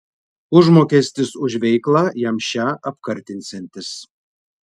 užmokestis už veiklą jam šią apkartinsiantis